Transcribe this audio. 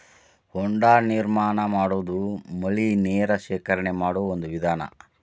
ಹೊಂಡಾ ನಿರ್ಮಾಣಾ ಮಾಡುದು ಮಳಿ ನೇರ ಶೇಖರಣೆ ಮಾಡು ಒಂದ ವಿಧಾನಾ